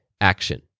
action